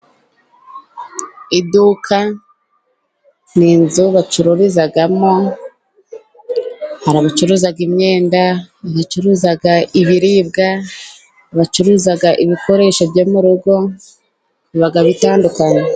Iduka ni inzu bacururizamo. Hari abacuruza imyenda, abacuruza ibiribwa, abacuruza ibikoresho byo mu rugo, biba bitandukanye.